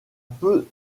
peu